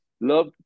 Love